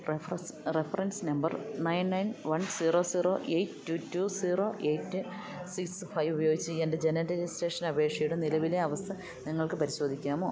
reference number nine nine one zero zero eight two two zero eight six five ഉപയോഗിച്ച് എൻ്റെ ജനന രജിസ്ട്രേഷന് അപേക്ഷയുടെ നിലവിലെ അവസ്ഥ നിങ്ങൾക്ക് പരിശോധിക്കാമോ